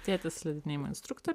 tėtis slidinėjimo instruktoriu